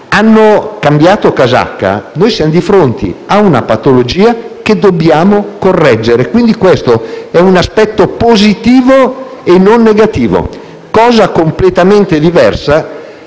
hanno cambiato casacca, noi siamo di fronte a una patologia che dobbiamo correggere, quindi questo è un aspetto positivo e non negativo. Ciò è completamente diverso